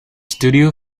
studio